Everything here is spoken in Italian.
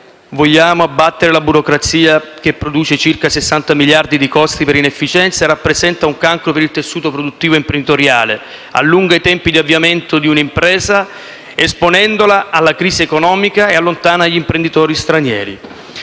vogliamo abbattere la burocrazia che produce circa 60 miliardi di costi per inefficienza e rappresenta un cancro per il tessuto produttivo e imprenditoriale; allunga i tempi di avviamento di un'impresa esponendola alla crisi economica e allontana gli imprenditori stranieri.